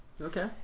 Okay